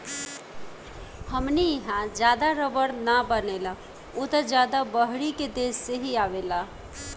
हमनी इहा ज्यादा रबड़ ना बनेला उ त ज्यादा बहरी के देश से ही आवेला